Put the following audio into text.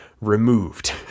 removed